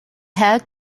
had